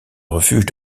refuge